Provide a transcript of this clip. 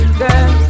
girl